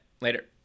Later